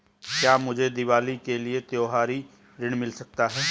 क्या मुझे दीवाली के लिए त्यौहारी ऋण मिल सकता है?